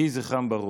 יהי זכרם ברוך.